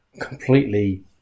completely